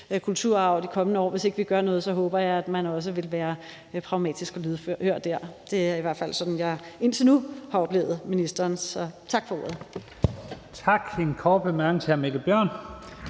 kulturarv i de kommende år, hvis ikke vi gør noget, så håber jeg, at man også vil være pragmatisk og lydhør der. Det er i hvert fald sådan, jeg indtil nu har oplevet ministeren. Så tak for ordet. Kl. 15:37 Første næstformand